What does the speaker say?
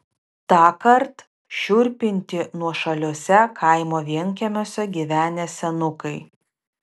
tąkart šiurpinti nuošaliuose kaimo vienkiemiuose gyvenę senukai